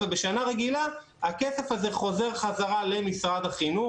ובשנה רגילה הכסף הזה חוזר חזרה למשרד החינוך,